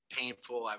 painful